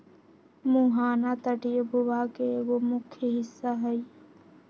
मुहाना तटीय भूभाग के एगो मुख्य हिस्सा हई